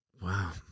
wow